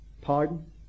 pardon